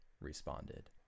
responded